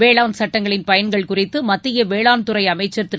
வேளாண் சட்டங்களின் பயன்கள் குறித்து மத்திய வேளாண்துறை அமைச்சர் திரு